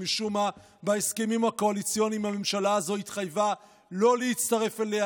שמשום מה בהסכמים הקואליציוניים הממשלה הזו התחייבה לא להצטרף אליה,